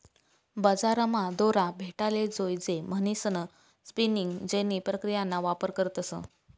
बजारमा दोरा भेटाले जोयजे म्हणीसन स्पिनिंग जेनी प्रक्रियाना वापर करतस